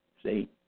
See